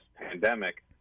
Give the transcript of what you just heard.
pandemic